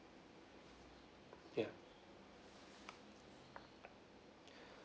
ya